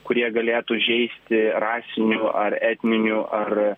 kurie galėtų žeisti rasinių ar etninių ar